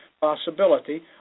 possibility